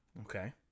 Okay